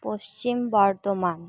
Paschim Bardhaman